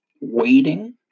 waiting